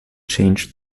change